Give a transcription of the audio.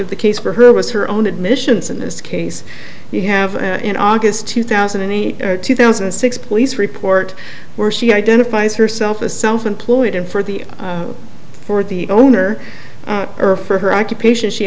of the case for her was her own admissions in this case you have in august two thousand and eight or two thousand and six police report where she identifies herself a self employed and for the for the owner or for her occupation she